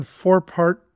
four-part